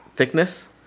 thickness